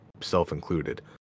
self-included